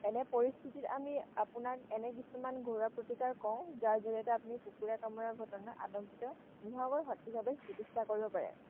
এনে পৰিস্থিতিত আমি আপোনাক এনে কিছুমান ঘৰুৱা প্ৰতিকাৰ কওঁ যাৰ জৰিয়তে আপুনি কুকুৰে কামোৰাৰ ঘটনাত আতংকিত নোহোৱাকৈ সঠিকভাৱে চিকিৎসা কৰিব পাৰে